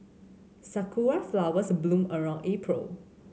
sakura flowers bloom around April